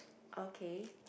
okay